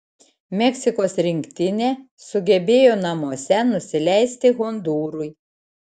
meksikos rinktinė sugebėjo namuose nusileisti hondūrui